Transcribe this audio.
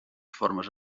formes